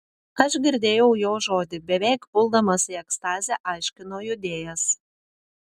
aš girdėjau jo žodį beveik puldamas į ekstazę aiškino judėjas